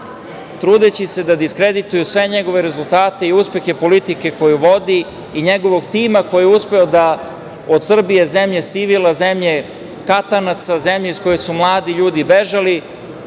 trudeći se da diskredituju sve njegove rezultate i uspehe politike koju vodi i njegovog tima koji je uspeo da od Srbije, zemlje sivila, zemlje katanaca, zemlje iz koje su mladi ljudi bežali,